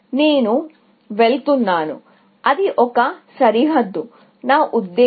నేను వెళ్తున్నాను అది ఒక సరిహద్దు నా ఉద్దేశ్యం